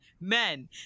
men